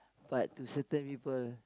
but to certain people